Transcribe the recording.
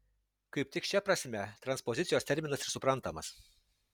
kaip tik šia prasme transpozicijos terminas ir suprantamas